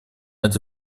это